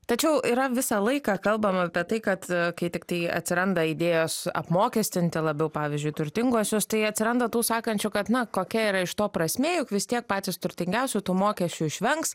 tačiau yra visą laiką kalbama apie tai kad kai tiktai atsiranda idėjos apmokestinti labiau pavyzdžiui turtinguosius tai atsiranda tų sakančių kad na kokia yra iš to prasmė juk vis tiek patys turtingiausi tų mokesčių išvengs